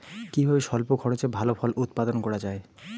কিভাবে স্বল্প খরচে ভালো ফল উৎপাদন করা যায়?